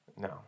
No